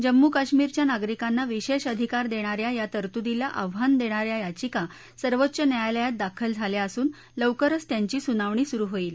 जम्मू काश्मीरच्या नागरिकांना विशेष अधिकार देणाऱ्या या तरतुदीला आव्हान देणाऱ्या याचिका सर्वोच्च न्यायालयात दाखल झाल्या असून लौकरच त्यांची सुनावणी सुरु होईल